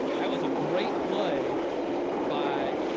that was a great play by